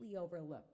overlooked